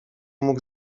mógł